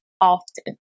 often